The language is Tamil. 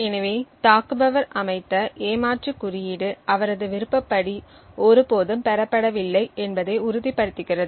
எனவே தாக்குபவர் அமைத்த ஏமாற்று குறியீடு அவரது விருப்பப்படி ஒருபோதும் பெறப்படவில்லை என்பதை உறுதிப்படுத்துகிறது